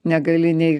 negali nei